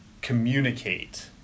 communicate